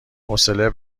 حوصله